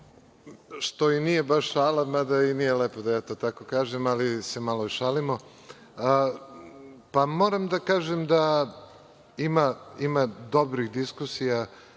što i nije baš šala, mada i nije lepo da ja to tako kažem, ali se i malo šalimo. Moram da kažem da ima dobrih diskusija